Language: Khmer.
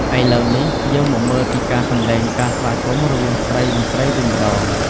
ឥឡូវនេះ យើងមកមើលពីការសម្ដែងការស្វាគមន៍រវាងស្រី និង ស្រីវិញម្ដង។